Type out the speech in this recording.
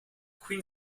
queen